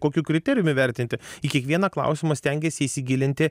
kokiu kriterijumi vertinti į kiekvieną klausimą stengiesi įsigilinti